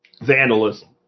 Vandalism